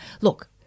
look